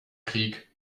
krieg